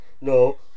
No